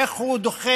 איך הוא דוחף,